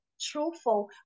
truthful